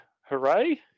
hooray